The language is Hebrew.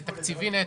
זה תקציבי נטו.